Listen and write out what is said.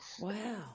Wow